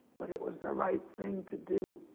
but it was the right thing to do.